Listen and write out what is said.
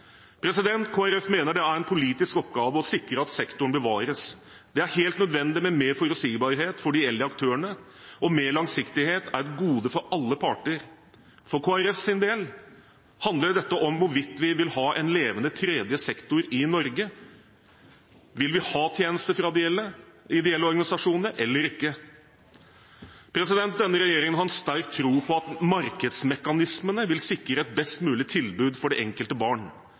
mener det er en politisk oppgave å sikre at sektoren bevares. Det er helt nødvendig med mer forutsigbarhet for de ideelle aktørene, og mer langsiktighet er et gode for alle parter. For Kristelig Folkepartis del handler dette om hvorvidt vi vil ha en levende tredje sektor i Norge. Vil vi ha tjenester fra de ideelle organisasjonene eller ikke? Denne regjeringen har sterk tro på at markedsmekanismene vil sikre et best mulig tilbud til det enkelte barn.